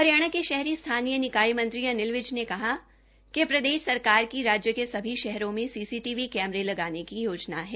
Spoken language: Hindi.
हरियाणा के सभी स्थानीय निकाय मंत्री अनिल विज ने कहा कि प्रदेश सरकार की राज्य के सभी शहरों में सीसीटीवी कैमरे लगाने की योजना है